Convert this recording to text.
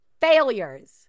Failures